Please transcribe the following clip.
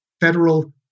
federal